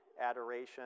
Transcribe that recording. adoration